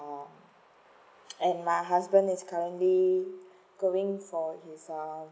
ah and my husband is currently going for his ah